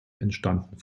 entstanden